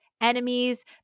Enemies